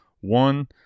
One